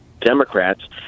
Democrats